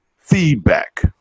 feedback